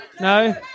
No